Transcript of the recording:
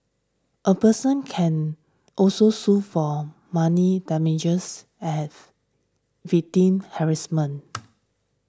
a person can also sue for money damages I have victim harassment